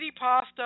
pasta